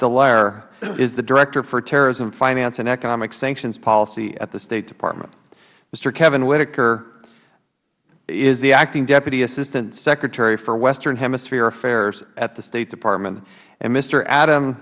delare is the director for terrorism finance and economic sanctions policy at the state department mister kevin whitaker is the acting deputy assistant secretary for western hemisphere affairs at the state department and mister adam